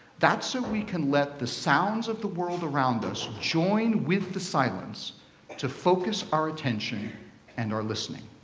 that's so we can let the sounds of the world around us join with the silence to focus our attention and our listening.